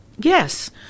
Yes